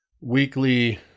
weekly